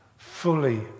Fully